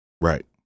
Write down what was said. Right